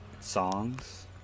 songs